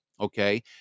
okay